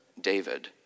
David